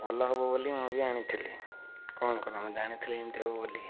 ଭଲ ହେବ ବୋଲି ମୁଁ ବି ଆଣିଥିଲି କ'ଣ କରିବା ମୁଁ ଜାଣିଥିଲି ଏମିତି ହବ ବୋଲି